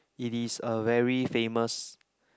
it is a very famous